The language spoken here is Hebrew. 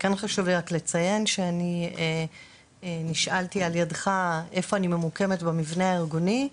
חשוב לי לציין שאני נשאלתי על ידך איפה אני ממוקמת במבנה הארגוני,